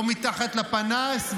לא מתחת לפנס,